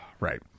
Right